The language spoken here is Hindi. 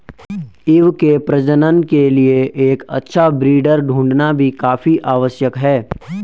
ईव के प्रजनन के लिए एक अच्छा ब्रीडर ढूंढ़ना भी काफी आवश्यक है